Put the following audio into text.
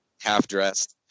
half-dressed